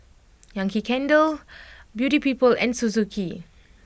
Yankee Candle Beauty People and Suzuki